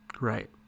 Right